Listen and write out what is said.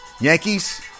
Yankees